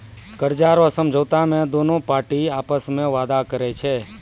कर्जा रो समझौता मे दोनु पार्टी आपस मे वादा करै छै